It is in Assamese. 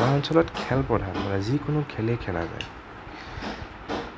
গাওঁ অঞ্চলত খেল প্ৰধান যিকোনো খেলেই খেলা যায়